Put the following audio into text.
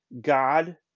God